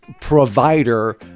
provider